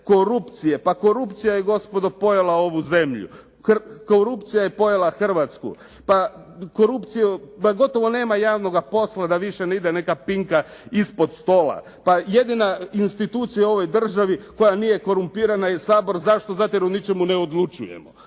ovu zemlju. Korupcija je pojela Hrvatsku. Pa korupciju, pa gotovo nema javnoga posla da više ne ide neka pinka ispod stola. Pa jedina institucija u državi koja nije korumpirana je Sabor. Zašto? Zato jer o ničemu ne odlučujemo.